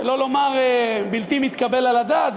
שלא לומר בלתי מתקבל על הדעת.